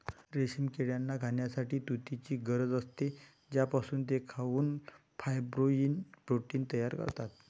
रेशीम किड्यांना खाण्यासाठी तुतीची गरज असते, ज्यापासून ते खाऊन फायब्रोइन प्रोटीन तयार करतात